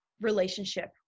relationship